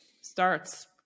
starts